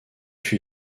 fut